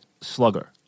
slugger